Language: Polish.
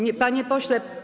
Nie, panie pośle.